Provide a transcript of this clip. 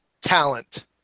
talent